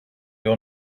your